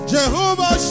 Jehovah